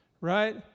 right